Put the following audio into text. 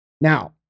Now